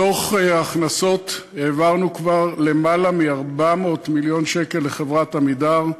מתוך הכנסות כבר העברנו למעלה מ-400 מיליון שקל לחברת "עמידר",